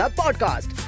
podcast